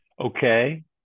Okay